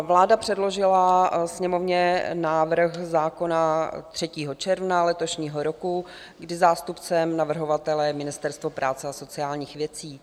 Vláda předložila Sněmovně návrh zákona 3. června letošního roku, kdy zástupcem navrhovatele je Ministerstvo práce a sociálních věcí.